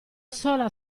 sola